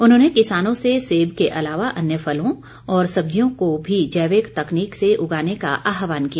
उन्होंने किसानों से सेब के अलावा अन्य फलों और सब्जियों को भी जैविक तकनीक से उगाने का आह्वान किया